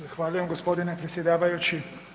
Zahvaljujem gospodine predsjedavajući.